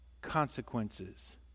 consequences